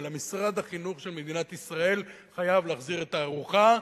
אלא משרד החינוך של מדינת ישראל חייב להחזיר את הארוחה,